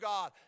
God